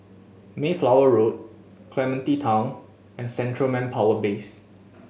Mayflower Road Clementi Town and Central Manpower Base